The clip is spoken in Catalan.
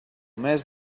mes